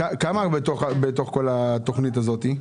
כמה כסף יש בכל תוך התכנית הזאת?